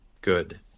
good